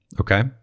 okay